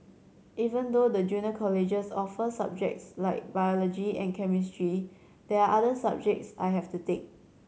even though the junior colleges offer subjects like biology and chemistry there are other subjects I have to take